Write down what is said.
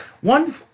one